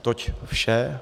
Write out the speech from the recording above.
Toť vše.